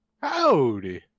Howdy